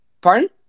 Pardon